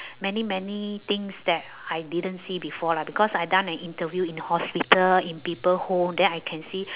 many many things that I didn't see before lah because I've done a interview in hospital in people home then I can see